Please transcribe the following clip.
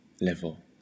level